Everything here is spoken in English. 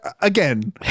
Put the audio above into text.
again